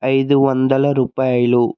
ఐదు వందల రూపాయలు